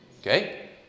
Okay